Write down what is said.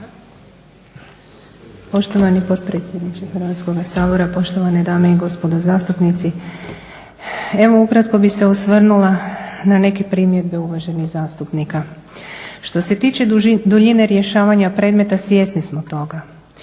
Poštovani potpredsjedniče Hrvatskoga sabora, poštovane dame i gospodo zastupnici. Evo ukratko bih se osvrnula na neke primjedbe uvaženih zastupnika. Što se tiče duljine rješavanja predmeta svjesni smo toga